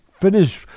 finish